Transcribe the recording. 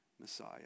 Messiah